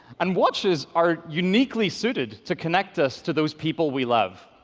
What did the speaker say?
and watches are uniquely suited to connect us to those people we love.